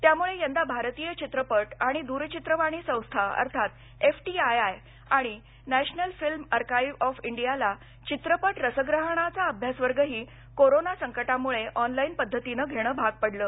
त्यामुळे यंदा भारतीय चित्रपट आणि दूरचित्रवाणी संस्था अर्थात एफटीआयआय आणि नॅशनल फिल्म अर्काईव्ह ऑफ इंडियाला चित्रपट रसग्रहणाचा अभ्यासवर्गही कोरोना संकटामुळे ऑनलाईन पद्धतीनं घेणं भाग पडलं